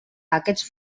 aquests